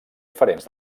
diferents